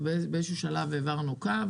אבל באיזשהו שלב העברנו קו